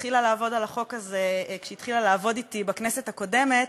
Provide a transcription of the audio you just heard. שהתחילה לעבוד על החוק הזה כשהתחילה לעבוד אתי בכנסת הקודמת,